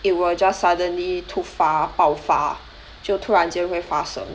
it will just suddenly 复发爆发就突然间会发生